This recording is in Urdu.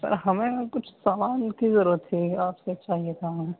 سر ہمیں کچھ سامان کی ضرورت تھی آپ سے چاہیے تھا ہاں